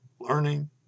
learning